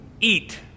eat